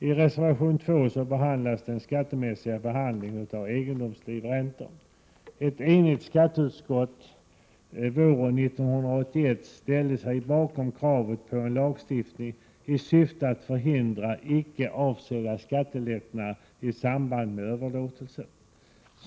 I reservation 2 behandlas den skattemässiga behandlingen av egendomslivräntor. Ett enigt skatteutskott ställde sig våren 1981 bakom kravet på en lagstiftning i syfte att förhindra icke avsedda skattelättnader i samband med företagsöverlåtelser.